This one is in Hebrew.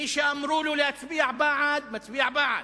מי שאמרו לו להצביע בעד, מצביע בעד,